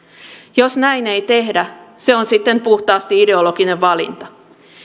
jos näin ei tehdä se on sitten puhtaasti ideologinen valinta